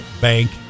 bank